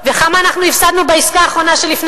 וכמה אנחנו הפסדנו בעסקה האחרונה של לפני